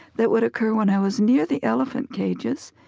that would occur when i was near the elephant cages,